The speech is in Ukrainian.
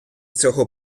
цього